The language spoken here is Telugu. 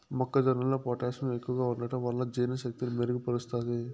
మొక్క జొన్నలో పొటాషియం ఎక్కువగా ఉంటడం వలన జీర్ణ శక్తిని మెరుగు పరుస్తాది